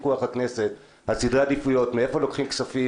על סדרי עדיפויות ומאיפה לוקחים כספים.